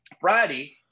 Friday